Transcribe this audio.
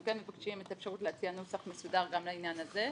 אנחנו כן מבקשים את האפשרות להציע נוסח מסודר גם לעניין הזה.